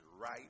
right